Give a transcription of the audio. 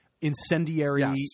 incendiary